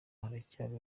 haracyari